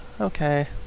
okay